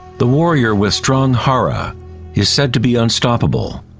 the warrior with strong hara is said to be unstoppable.